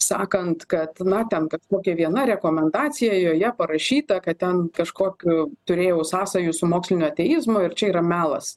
sakant kad na ten kad kokia viena rekomendacija joje parašyta kad ten kažkokių turėjau sąsajų su moksliniu ateizmu ir čia yra melas